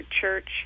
church